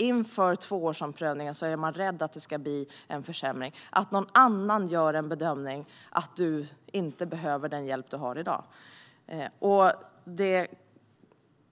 Inför tvåårsomprövningen är man rädd att det ska bli en försämring och att någon annan gör en bedömning att du inte behöver den hjälp som du har i dag. Det